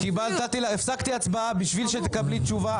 הפסקתי הצבעה בשביל שתקבלי תשובה.